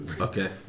Okay